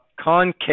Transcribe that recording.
concave